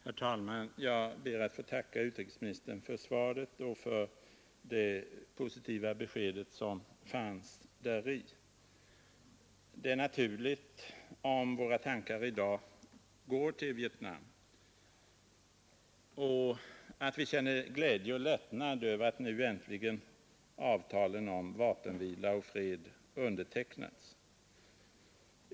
Herr talman! Jag ber att få tacka utrikesministern för svaret och för det positiva besked som lämnas däri. Det är naturligt att våra tankar i dag går till Vietnam och att vi känner glädje och lättnad över att avtalen om vapenvila och fred äntligen har undertecknats.